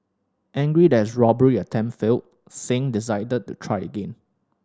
angry that his robbery attempt failed Singh decided to try again